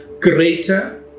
greater